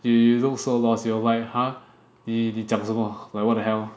you you look so lost you were like !huh! 你你讲什么 like what the hell